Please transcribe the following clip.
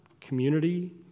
community